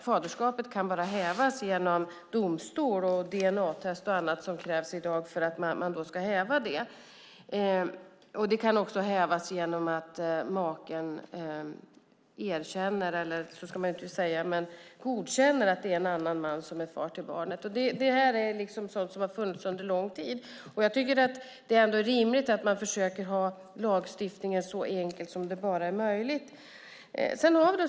Faderskapet kan bara hävas genom domstol och dna-test eller genom att maken godkänner att en annan man är far till barnet. Så har det varit under lång tid, och det är rimligt att man försöker ha lagstiftningen så enkel som möjligt.